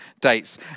dates